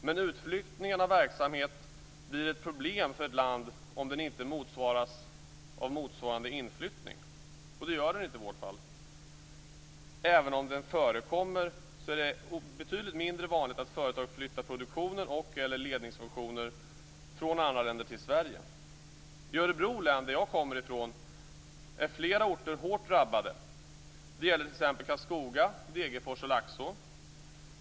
Men utflyttningen av verksamhet blir ett problem för ett land om den inte motsvaras av motsvarande inflyttning, och det gör den inte i vårt fall. Även om det förekommer är det betydligt mindre vanligt att företag flyttar produktionen och/eller ledningsfunktioner från andra länder till I Örebro län, som jag kommer ifrån, är flera orter hårt drabbade. Det gäller t.ex. Karlskoga, Degerfors och Laxå.